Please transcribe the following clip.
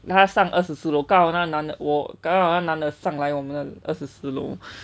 他上二十四楼刚好那个男的我刚好那个男的上来我们二十四楼